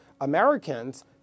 Americans